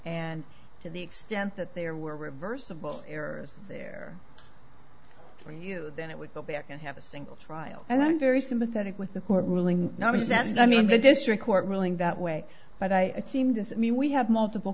and to the extent that there were reversible errors there for you then it would go back and have a single trial and i'm very sympathetic with the court ruling not the sense i mean the district court ruling that way but i seem to me we have multiple